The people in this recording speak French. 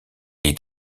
est